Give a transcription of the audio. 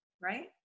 right